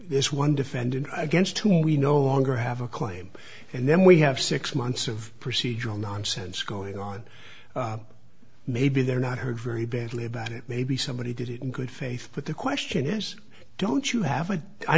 this one defendant against whom we no longer have a claim and then we have six months of procedural nonsense going on maybe they're not heard very badly about it maybe somebody did it in good faith but the question is don't you have